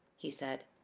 he said.